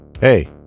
Hey